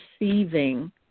receiving